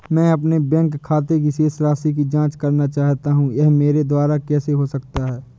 मैं अपने बैंक खाते की शेष राशि की जाँच करना चाहता हूँ यह मेरे द्वारा कैसे हो सकता है?